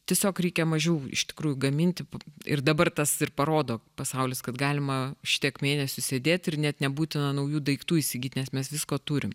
tiesiog reikia mažiau iš tikrųjų gaminti ir dabar tas ir parodo pasaulis kad galima šitiek mėnesių sėdėti ir net nebūtina naujų daiktų įsigyt nes mes visko turim